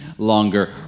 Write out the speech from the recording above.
longer